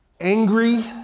angry